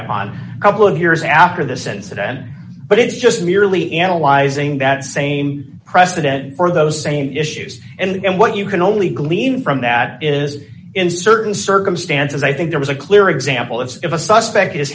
upon a couple of years after this incident but it's just merely analyzing that same president or those same issues and what you can only glean from that is in certain circumstances i think there was a clear example of if a suspect is